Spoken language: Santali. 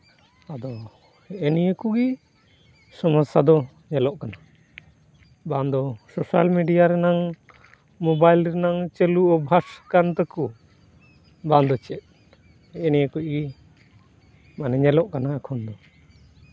ᱟᱫᱚ ᱦᱮᱸᱜ ᱮ ᱱᱤᱭᱟᱹ ᱠᱚᱜᱮ ᱥᱚᱢᱚᱥᱥᱟ ᱫᱚ ᱧᱮᱞᱚᱜ ᱠᱟᱱᱟ ᱵᱟᱝ ᱫᱚ ᱥᱳᱥᱟᱞ ᱢᱤᱰᱤᱭᱟ ᱨᱮᱱᱟᱝ ᱢᱳᱵᱟᱭᱤᱞ ᱨᱮᱱᱟᱝ ᱪᱟᱹᱞᱩ ᱚᱵᱵᱷᱟᱥ ᱠᱟᱱ ᱛᱟᱠᱚ ᱵᱟᱝ ᱫᱚ ᱪᱮᱫ ᱦᱮᱸ ᱮ ᱱᱤᱭᱟᱹ ᱠᱚᱡ ᱜᱮ ᱵᱟᱝ ᱧᱮᱞᱚᱜ ᱠᱟᱱᱟ ᱮᱠᱷᱚᱱ ᱫᱚ